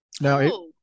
Now